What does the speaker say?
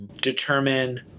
determine